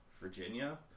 Virginia